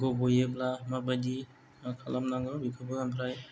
गबयोब्ला माबादि खालामनांगौ बेफोरखौ आमफ्राय